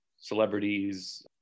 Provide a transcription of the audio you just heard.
celebrities